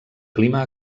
clima